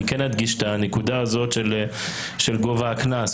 אני כן אדגיש את הנקודה של גובה הקנס.